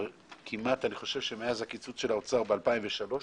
אני חושב שמאז הקיצוץ של האוצר בשנת 2003,